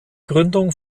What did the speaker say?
gründung